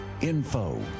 Info